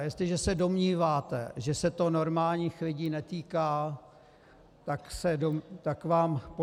Jestliže se domníváte, že se to normálních lidí netýká, tak vám po